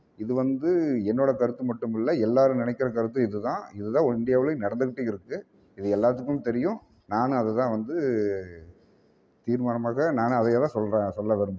இதுவந்து என்னோட கருத்து மட்டும் இல்லை எல்லாரும் நினைக்கற கருத்து இதுதான் இதுதான் இந்தியாவிலயும் நடந்துக்கிட்டு இருக்குது இது எல்லாத்துக்கும் தெரியும் நானும் அது தான் வந்து தீர்மானமாக நானும் அதையே தான் சொல்கிறேன் சொல்ல விரும்புகிறேன்